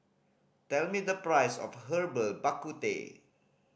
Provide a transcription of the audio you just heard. tell me the price of Herbal Bak Ku Teh